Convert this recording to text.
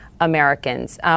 Americans